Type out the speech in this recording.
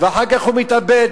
ואחר כך הוא מתאבד,